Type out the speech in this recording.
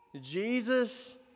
Jesus